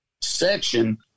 section